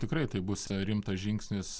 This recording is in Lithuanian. tikrai tai bus rimtas žingsnis